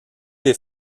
les